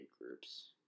groups